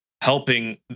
helping